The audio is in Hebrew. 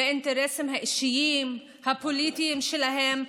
באינטרסים האישיים והפוליטיים שלהם,